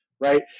right